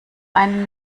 einen